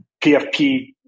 PFP